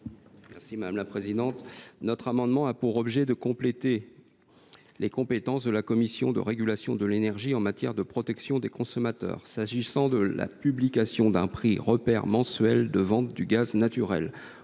est à M. le rapporteur. Cet amendement a pour objet de compléter les compétences de la Commission de régulation de l’énergie en matière de protection des consommateurs pour prévoir la publication d’un prix repère mensuel de vente du gaz naturel,